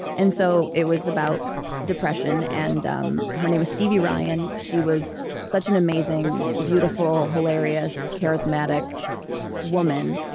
and so it was about depression. and um her name was stevie ryan. she was such an amazing, beautiful, hilarious charismatic woman.